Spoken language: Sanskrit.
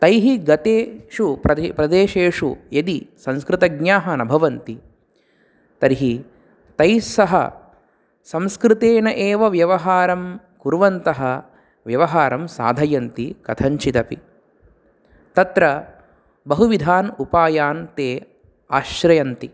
तैः गतेषु प्रदे प्रदेशेषु यदि संस्कृतज्ञाः न भवन्ति तर्हि तैस्सह संस्कृतेन एव व्यवहारं कुर्वन्तः व्यवहारं साधयन्ति कथञ्चिदपि तत्र बहुविधान् उपायान् ते आश्रयन्ति